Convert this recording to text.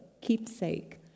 keepsake